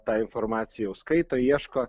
tą informaciją jau skaito ieško